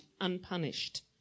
unpunished